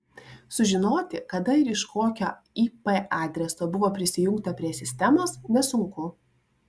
sužinoti kada ir iš kokio ip adreso buvo prisijungta prie sistemos nesunku